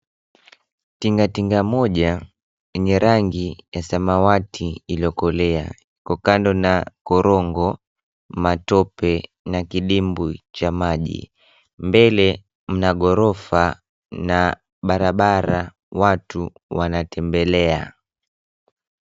Tingatinga moja yenye rangi ya samawati iliyokolea iko kando na korongo, matope na kidimbwi cha maji. Mbele mna ghorofa na barabara watu wanatembelea.